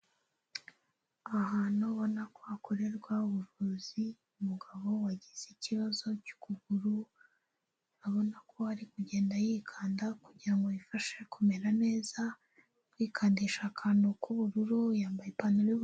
Ahantu ubona ko hakorerwa ubuvuzi, umugabo wagize ikibazo cy'ukuguru, ubona ko ari kugenda yikanda kugira ngo bifashe kumera neza, ari kwikandisha akantu k'ubururu, yambaye ipantaro y'ubururu.